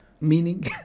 Meaning